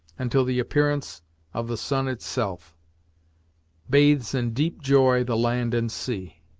until the appearance of the sun itself bathes in deep joy, the land and sea.